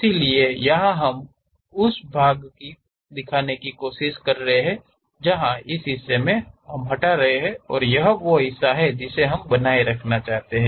इसलिए यहां हम उस भाग की कोशिश कर रहे हैं यह हिस्सा हैं जिसे हम हटाना और यह वो हिस्सा हैं जिसे हम बनाए रखना चाहते हैं